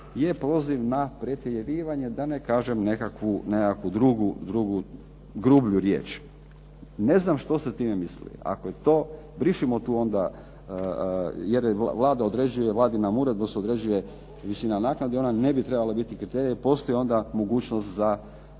je poziv na pretjerivanje, da ne kažem nekakvu drugu, grublju riječ. Ne znam što ste time mislili. Ako je to, brišimo tu onda jer Vlada određuje, Vladinom uredbom se određuje visina naknada. Ona ne bi trebala biti kriterijem jer postoji onda mogućnost za